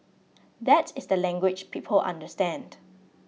that is the language people understand